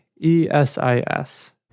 E-S-I-S